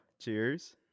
Cheers